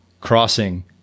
crossing